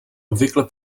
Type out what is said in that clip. obvykle